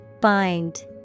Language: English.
Bind